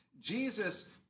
Jesus